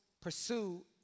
pursue